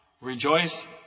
Rejoice